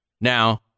Now